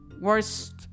worst